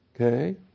Okay